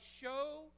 show